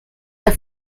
der